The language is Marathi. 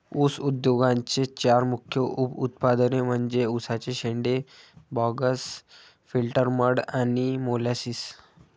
ऊस उद्योगाचे चार मुख्य उप उत्पादने म्हणजे उसाचे शेंडे, बगॅस, फिल्टर मड आणि मोलॅसिस